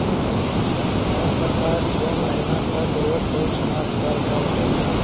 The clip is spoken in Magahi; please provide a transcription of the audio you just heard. राज्य सरकार छो महीना तक रोड टैक्स माफ कर कर देलकय